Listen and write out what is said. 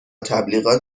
تبلیغات